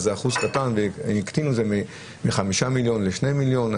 אז אחוז קטן, הקטינו את זה מ-5 מיליון ל-2 מיליון.